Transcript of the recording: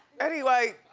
anyway,